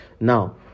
Now